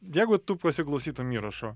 jeigu tu pasiklausytum įrašo